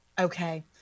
Okay